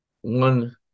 one